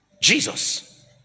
Jesus